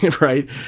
right